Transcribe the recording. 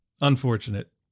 unfortunate